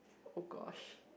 oh gosh